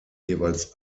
jeweils